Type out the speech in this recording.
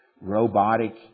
robotic